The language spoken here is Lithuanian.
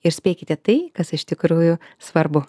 ir spėkite tai kas iš tikrųjų svarbu